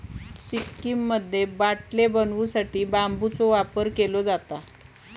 सिक्कीममध्ये बाटले बनवू साठी बांबूचा वापर केलो जाता